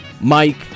mike